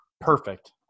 perfect